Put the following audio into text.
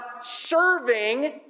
serving